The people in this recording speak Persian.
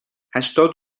هشتاد